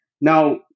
now